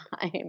time